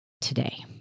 today